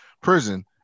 prison